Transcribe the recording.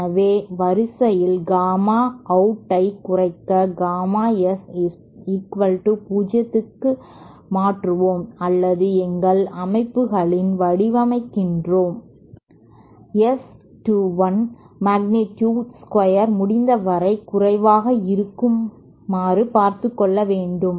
எனவே வரிசையில் gamma out ஐ குறைக்க காமா s0 க்கு மாற்றுவோம் அல்லது எங்கள் அமைப்புகளை வடிவமைக்கிறோம் S ga 2 1 மேக்னெட்டியூடு ஸ்கொயர் முடிந்தவரை குறைவாக இருக்குமாறு பார்த்துக்கொள்ள வேண்டும்